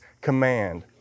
command